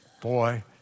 boy